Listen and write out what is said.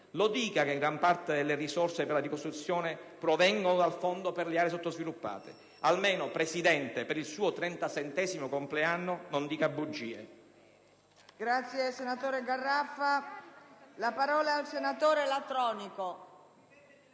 lo dica che gran parte delle risorse per la ricostruzione provengono dal Fondo per le aree sottosviluppate; almeno, signor Presidente, per il suo trentasettesimo compleanno, non dica bugie.